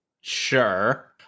Sure